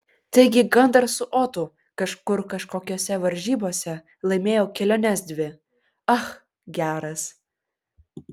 taigi gandras su otu kažkur kažkokiose varžybose laimėjo keliones dvi ach geras